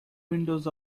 windows